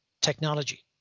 technology